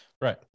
right